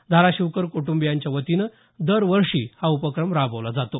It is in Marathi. धाराशिवकर कुटंबियाच्यावतीनं दरवर्षी हा उपक्रम राबवला जातो